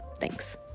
Thanks